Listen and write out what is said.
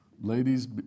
ladies